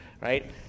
right